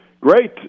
Great